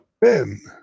Ben